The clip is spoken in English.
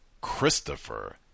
Christopher